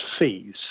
fees